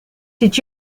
did